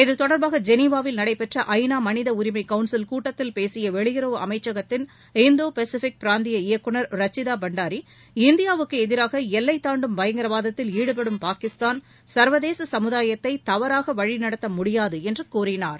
இது தொடர்பாக ஜெனிவாவில் நடைபெற்ற ஐ நா மனித உரிமை கவுன்சில் கூட்டத்தில் பேசிய வெளியுறவு அமைச்சகத்தின் இந்தோ பசிபிக் பிராந்திய இயக்குநர் ரச்சிதா பண்டாரி இந்தியாவுக்கு எதிராக எல்லை தாண்டும் பயங்கரவாதத்தில் ஈடுபடும் பாகிஸ்தான் சர்வதேச சமுதாயத்தை தவறாக வழி நடத்த முடியாது என்று கூறினார்